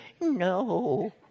no